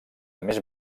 més